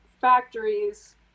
factories